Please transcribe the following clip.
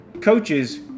Coaches